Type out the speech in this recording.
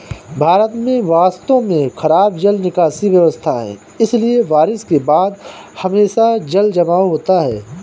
भारत में वास्तव में खराब जल निकासी व्यवस्था है, इसलिए बारिश के बाद हमेशा जलजमाव होता है